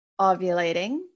ovulating